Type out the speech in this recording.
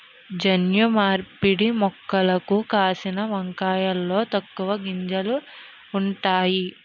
జన్యు మార్పిడి మొక్కలకు కాసిన వంకాయలలో తక్కువ గింజలు ఉంతాయి